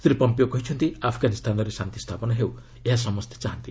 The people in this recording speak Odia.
ଶ୍ରୀ ପମ୍ପିଓ କହିଛନ୍ତି ଆଫଗାନିସ୍ତାନରେ ଶାନ୍ତି ସ୍ଥାପନ ହେଉ ଏହା ସମସ୍ତେ ଚାହାଁନ୍ତି